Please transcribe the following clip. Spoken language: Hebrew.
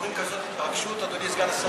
מעוררים כזאת התרגשות, אדוני סגן השר?